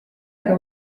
aga